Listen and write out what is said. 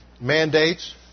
mandates